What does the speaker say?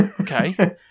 Okay